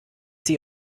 sie